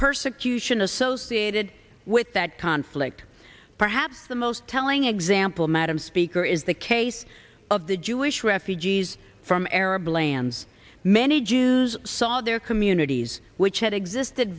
persecution associated with that conflict perhaps the most telling example madam speaker is the case of the jewish refugees from arab lands many jews saw their communities which had existed